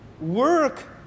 work